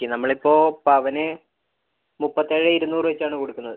okay നമ്മളിപ്പോൾ പവന് മുപ്പത്തി ഏഴ് ഇരുന്നൂറ് വെച്ചാണ് കൊടുക്കുന്നത്